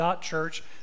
Church